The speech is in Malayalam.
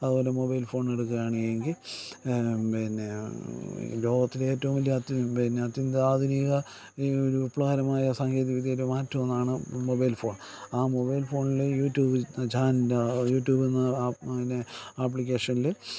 അതുപോലെ മൊബൈൽ ഫോൺ എടുക്കുകയാണെങ്കിൽ പിന്നെ ലോകത്തിലെ ഏറ്റവും വലിയ അത്യു പിന്നെ അത്യന്താധുനിക ഒരു വിപ്ലവകരമായ സാങ്കേതിക വിദ്യയുടെ മാറ്റം എന്നാണ് മൊബൈൽ ഫോൺ ആ മൊബൈൽ ഫോണിലെ യൂട്യൂബിൽ യൂട്യൂബ് എന്ന പിന്നെ ആപ്ലിക്കേഷനിൽ